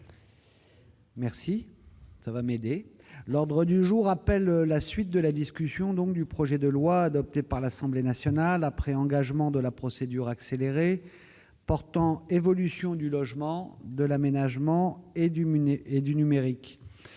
les réserves d'usage. L'ordre du jour appelle la suite de la discussion du projet de loi, adopté par l'Assemblée nationale après engagement de la procédure accélérée, portant évolution du logement, de l'aménagement et du numérique